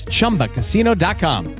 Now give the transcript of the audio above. ChumbaCasino.com